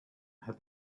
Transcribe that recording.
had